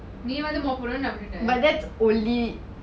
நீ வந்து பனுவன்னு நான் விட்டுத்தான்:nee vanthu panuvanu naan vitutan